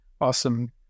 awesome